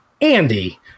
Andy